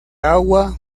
agua